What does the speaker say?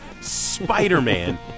Spider-Man